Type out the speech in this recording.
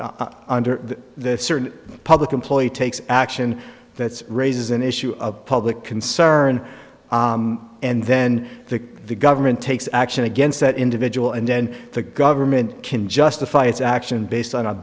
r the certain public employee takes action that raises an issue of public concern and then the government takes action against that individual and then the government can justify its action based on